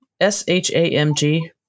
S-H-A-M-G